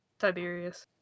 Tiberius